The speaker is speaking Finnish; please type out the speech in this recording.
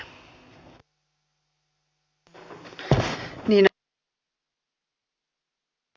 arvoisa puhemies